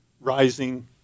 rising